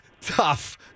tough